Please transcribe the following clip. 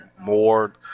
more